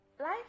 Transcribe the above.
Life